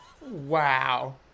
Wow